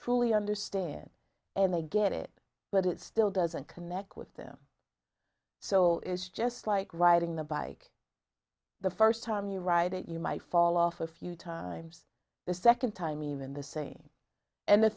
truly understand and they get it but it still doesn't connect with them so it's just like riding the bike the first time you ride it you might fall off a few times the second time even the same and the